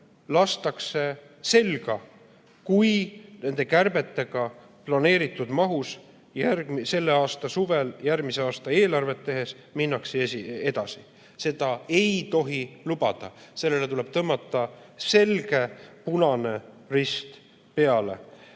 lastakse selga, kui nende kärbetega minnakse selle aasta suvel järgmise aasta eelarvet tehes planeeritud mahus edasi. Seda ei tohi lubada, sellele tuleb tõmmata selge punane rist peale!